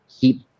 keep